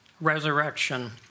resurrection